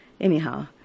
Anyhow